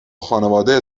خانواده